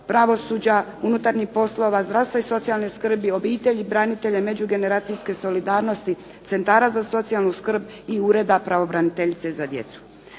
pravosuđa, unutarnjih poslova, zdravstva i socijalne skrbi, obitelji, branitelja i međugeneracijske solidarnosti, centara za socijalnu skrb i Ureda pravobraniteljice za djecu.